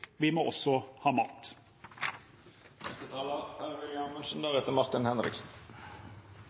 vi må også ha mat.